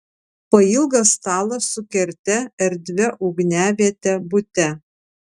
pailgas stalas su kerte erdvia ugniaviete bute